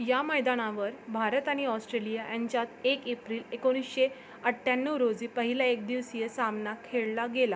या मैदानावर भारत आणि ऑस्ट्रेलिया यांच्यात एक एप्रिल एकोणीसशे अठ्ठ्याण्णव रोजी पहिला एकदिवसीय सामना खेळला गेला